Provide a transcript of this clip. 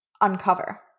uncover